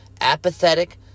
Apathetic